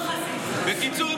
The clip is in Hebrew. בקיצור,